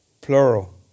plural